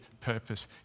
purpose